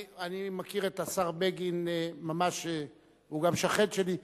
אני מכיר את השר בגין, הוא גם שכן שלי.